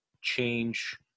change